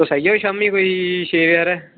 तुस आई जाएओ शाम्मी कोई छे बजे हारै